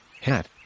hat